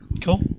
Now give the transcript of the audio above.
Cool